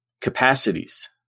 Capacities